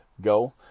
go